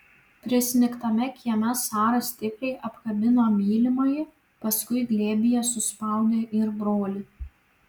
prisnigtame kieme sara stipriai apkabino mylimąjį paskui glėbyje suspaudė ir brolį